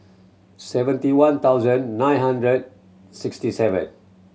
seventy one thousand nine hundred sixty seven